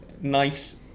nice